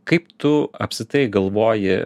kaip tu apskritai galvoji